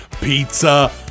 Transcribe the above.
pizza